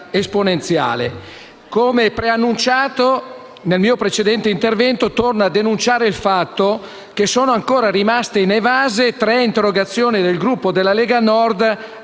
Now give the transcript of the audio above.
Come preannunciato nel mio precedente intervento, torno a denunciare il fatto che sono ancora rimaste inevase le interrogazioni del Gruppo della Lega Nord